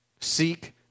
Seek